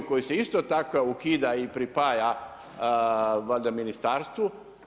Koji se isto tako ukida i pripaja valjda Ministarstvu.